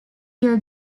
will